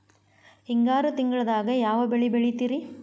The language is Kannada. ಹಿಂಗಾರು ತಿಂಗಳದಾಗ ಯಾವ ಬೆಳೆ ಬೆಳಿತಿರಿ?